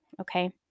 okay